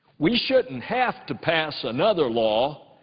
we shouldn't have to pass another law